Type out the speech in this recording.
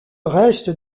reste